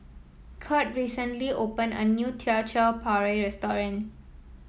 Curt recently opened a new Teochew Porridge restaurant